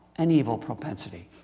an evil propensity.